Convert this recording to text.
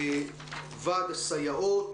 ועדת הסייעות,